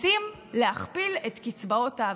רוצים להכפיל את קצבאות האברכים.